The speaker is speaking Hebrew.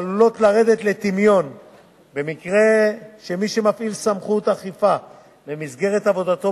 שעלולות לרדת לטמיון במקרה שמי שמפעיל סמכות אכיפה במסגרת עבודתו